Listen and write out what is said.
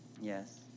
Yes